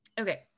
Okay